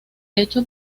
hecho